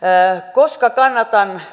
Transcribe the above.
koska kannatan